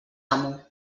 amo